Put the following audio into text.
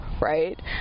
right